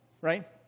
right